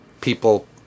people